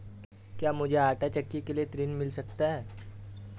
क्या मूझे आंटा चक्की के लिए ऋण मिल सकता है?